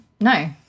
no